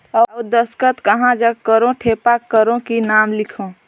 अउ दस्खत कहा जग करो ठेपा करो कि नाम लिखो?